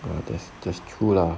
well there's just that's true lah